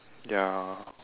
ya